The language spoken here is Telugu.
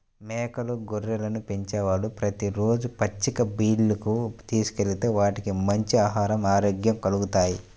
మేకలు, గొర్రెలను పెంచేవాళ్ళు ప్రతి రోజూ పచ్చిక బీల్లకు తీసుకెళ్తే వాటికి మంచి ఆహరం, ఆరోగ్యం కల్గుతాయి